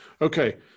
okay